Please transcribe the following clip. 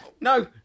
No